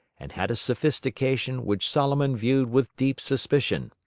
and had a sophistication which solomon viewed with deep suspicion.